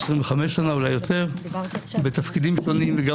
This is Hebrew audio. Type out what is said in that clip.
25 שנה ואולי יותר בתפקידים שונים וגם